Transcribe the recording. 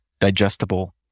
digestible